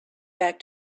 back